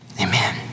Amen